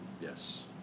Yes